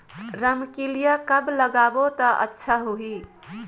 रमकेलिया कब लगाबो ता अच्छा होही?